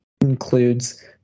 includes